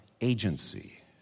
agency